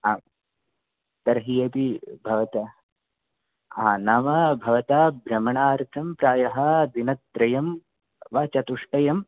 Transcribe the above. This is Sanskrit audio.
आं तर्हि अपि भवत हा न वा भवतः भ्रमणार्थं प्रायः दिनत्रयं वा चतुष्टयं